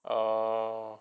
oh